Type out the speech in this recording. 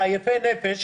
יפי הנפש,